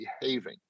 behaving